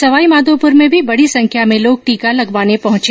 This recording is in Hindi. सवाईमाधोपुर में भी बडी संख्या में लोग टीका लगवाने पहुंचे